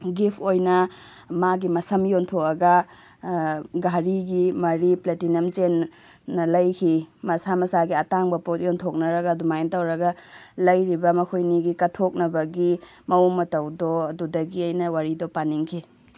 ꯒꯤꯐ ꯑꯣꯏꯅ ꯃꯥꯒꯤ ꯃꯁꯝ ꯌꯣꯟꯊꯣꯛꯑꯒ ꯘꯥꯔꯤꯒꯤ ꯃꯔꯤ ꯄ꯭ꯂꯦꯇꯤꯅꯝ ꯆꯦꯟꯅ ꯂꯩꯈꯤ ꯃꯁꯥ ꯃꯁꯥꯒꯤ ꯑꯇꯥꯡꯕ ꯄꯣꯠ ꯌꯣꯟꯊꯣꯛꯅꯔꯒ ꯑꯗꯨꯃꯥꯏ ꯇꯧꯔꯒ ꯂꯩꯔꯤꯕ ꯃꯈꯣꯏ ꯑꯅꯤꯒꯤ ꯀꯠꯊꯣꯛꯅꯕꯒꯤ ꯃꯑꯣꯡ ꯃꯇꯧꯗꯣ ꯑꯗꯒꯤ ꯑꯩꯅ ꯋꯥꯔꯤꯗꯣ ꯄꯥꯅꯤꯡꯈꯤ